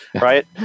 Right